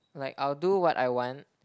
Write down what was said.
like I'll do what I want